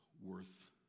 worth